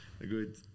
Good